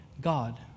God